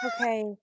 Okay